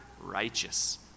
righteous